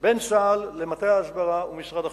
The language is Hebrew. בין צה"ל למטה ההסברה ומשרד החוץ.